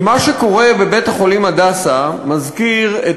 מה שקורה בבית-החולים "הדסה" מזכיר את